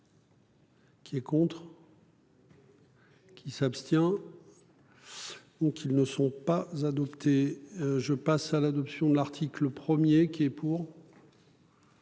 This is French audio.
Qui est contre. Qui s'abstient. Ou qu'ils ne sont pas adoptés. Je passe à l'adoption de l'article 1er qui est pour.